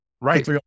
Right